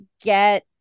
get